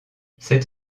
cette